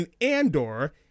Andor